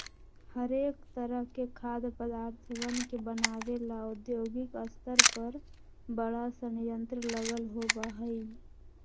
हरेक तरह के खाद्य पदार्थवन के बनाबे ला औद्योगिक स्तर पर बड़ा संयंत्र लगल होबा हई